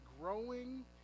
growing